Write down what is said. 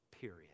Period